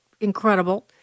incredible